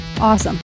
awesome